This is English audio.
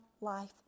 life